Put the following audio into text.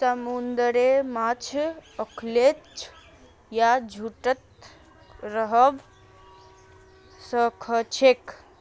समुंदरेर माछ अखल्लै या झुंडत रहबा सखछेक